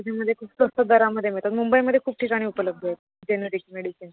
त्याच्यामध्ये खूप स्वस्त दरामध्ये मिळतात मुंबईमध्ये खूप ठिकाणी उपलब्ध आहेत जेनेरिक मेडिसीन